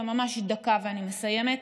ממש דקה ואני מסיימת,